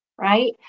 right